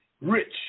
rich